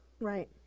right